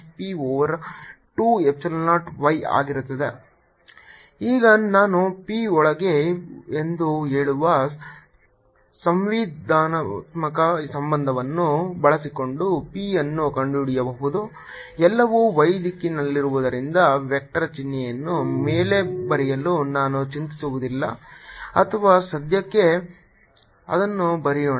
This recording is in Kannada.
EE0yPPyE P20 P20y EE0y P20y Pe0Ee0E0 P20yPe0E0 eP2 P1e2e0E0P2e2e0E0y ಈಗ ನಾನು p ಒಳಗೆ ಎಂದು ಹೇಳುವ ಸಂವಿಧಾನಾತ್ಮಕ ಸಂಬಂಧವನ್ನು ಬಳಸಿಕೊಂಡು p ಅನ್ನು ಕಂಡುಹಿಡಿಯಬಹುದು ಎಲ್ಲವೂ y ದಿಕ್ಕಿನಲ್ಲಿರುವುದರಿಂದ ವೆಕ್ಟರ್ ಚಿಹ್ನೆಯನ್ನು ಮೇಲೆ ಬರೆಯಲು ನಾನು ಚಿಂತಿಸುವುದಿಲ್ಲ ಅಥವಾ ಸದ್ಯಕ್ಕೆ ಅದನ್ನು ಬರೆಯೋಣ